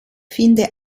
finde